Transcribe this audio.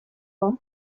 dda